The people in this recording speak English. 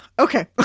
okay,